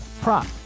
prop